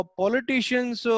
politicians